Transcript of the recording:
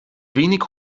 wenig